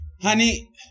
Honey